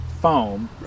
foam